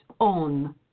on